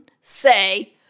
say